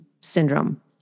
syndrome